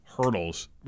hurdles